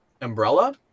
umbrella